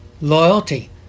Loyalty